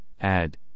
add